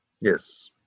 Yes